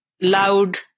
loud